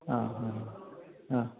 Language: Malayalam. ആ ഹാ ആ